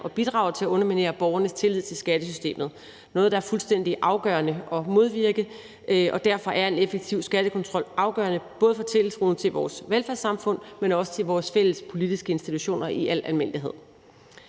og bidrage til at underminere borgernes tillid til skattesystemet. Det er noget, der er fuldstændig afgørende at modvirke, og derfor er en effektiv skattekontrol afgørende, både for tiltroen til vores velfærdssamfund, men også til vores fælles politiske institutioner i al almindelighed.